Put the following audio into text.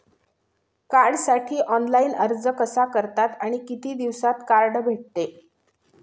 कार्डसाठी ऑनलाइन अर्ज कसा करतात आणि किती दिवसांत कार्ड भेटते?